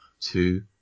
two